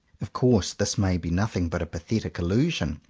of course this may be nothing but a pathetic illusion.